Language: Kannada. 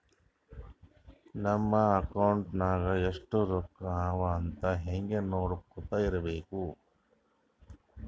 ನಮ್ ಅಕೌಂಟ್ ನಾಗ್ ಎಸ್ಟ್ ರೊಕ್ಕಾ ಅವಾ ಅಂತ್ ಹಂಗೆ ನೊಡ್ಕೊತಾ ಇರ್ಬೇಕ